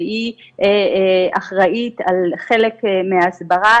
שהיא אחראית על חלק מההסברה.